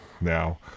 now